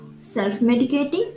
self-medicating